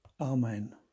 amen